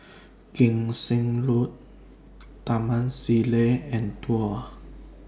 Kim Seng Road Taman Sireh and Duo